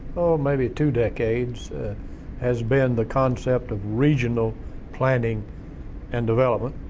maybe, two decades has been the concept of regional planning and development,